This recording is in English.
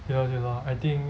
对 lor 对 lor I think